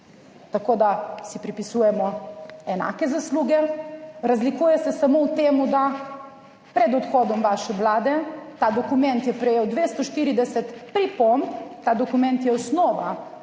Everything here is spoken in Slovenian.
Tako da si pripisujemo enake zasluge, razlikuje se samo v tem, da pred odhodom vaše Vlade ta dokument je prejel 240 pripomb, ta dokument je osnova